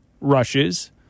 rushes